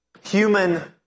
human